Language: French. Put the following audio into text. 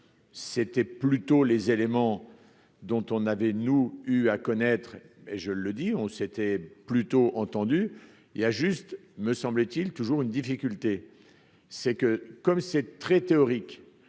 c'était plutôt les éléments dont on avait, nous, eu à connaître et je le dis, on s'était plutôt entendue, il a juste me semble-t-il, toujours une difficulté, c'est que, comme c'est très théorique